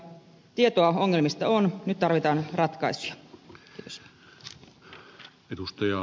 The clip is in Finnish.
tietoa ongelmista on nyt tarvitaan ratkaisuja